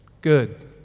good